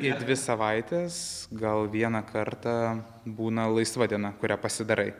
į dvi savaites gal vieną kartą būna laisva diena kurią pasidarai